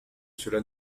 cela